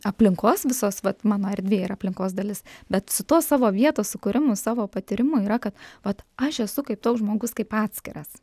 aplinkos visos vat mano erdvė yra aplinkos dalis bet su tuo savo vietos sukūrimu savo patyrimu yra kad vat aš esu kaip toks žmogus kaip atskiras